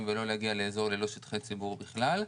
ולא להגיע לאזור ללא שטחי ציבור בכלל.